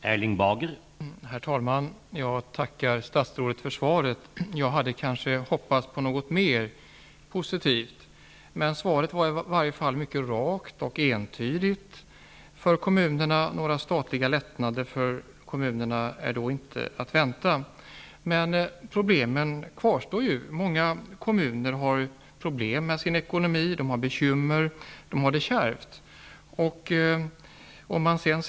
Herr talman! Jag tackar statsrådet för svaret. Jag hade kanske hoppats på något mer positivt, men svaret var i varje fall mycket rakt och entydigt. Några statliga lättnader för kommunerna är inte att vänta. Men problemen kvarstår ju. Många kommuner har problem med sin ekonomi. Det är kärvt, och de har bekymmer.